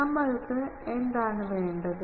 ഞങ്ങൾക്ക് എന്താണ് വേണ്ടത്